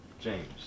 James